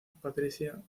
patricia